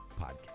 podcast